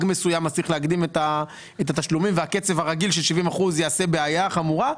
מסוים כי הקצב הרגיל של 70% עושה בעיה חמורה,